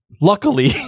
Luckily